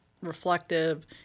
reflective